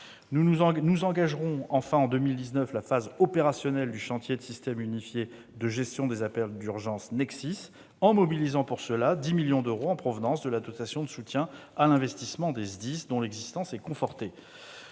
nous engagerons en 2019 la phase opérationnelle du chantier du système unifié de gestion des appels d'urgences NexSIS, en mobilisant pour cela 10 millions d'euros en provenance de la dotation de soutien à l'investissement des SDIS, dont l'existence est confortée.